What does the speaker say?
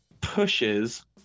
pushes